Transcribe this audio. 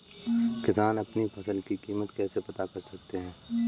किसान अपनी फसल की कीमत कैसे पता कर सकते हैं?